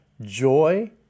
joy